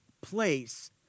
place